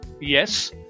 yes